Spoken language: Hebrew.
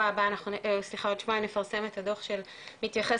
ועוד שבועיים נפרסם את הדוח שמתייחס